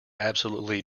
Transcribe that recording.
absolutely